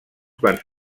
quants